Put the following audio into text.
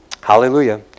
Hallelujah